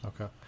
Okay